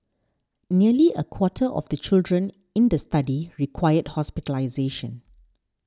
nearly a quarter of the children in the study required hospitalisation